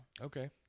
Okay